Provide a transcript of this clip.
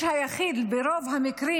ברוב המקרים,